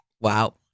Wow